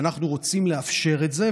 ואנחנו רוצים לאפשר את זה,